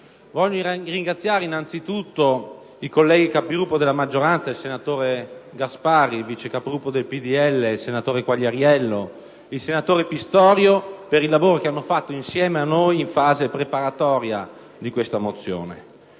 voglio ringraziare innanzitutto i colleghi Capogruppo della maggioranza - il senatore Gasparri, il vice capogruppo del PdL senatore Quagliariello e il senatore Pistorio - per il lavoro che hanno svolto insieme a noi nella fase preparatoria di questa mozione.